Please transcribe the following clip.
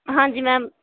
ਹਾਂਜੀ ਮੈਮ